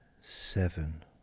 seven